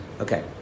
Okay